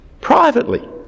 privately